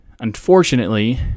unfortunately